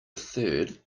third